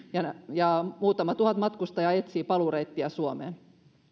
ja muutama tuhat matkustajaa etsii paluureittiä suomeen